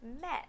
met